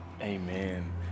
Amen